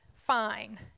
fine